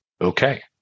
Okay